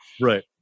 Right